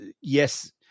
yes